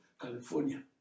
California